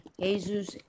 Jesus